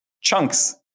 chunks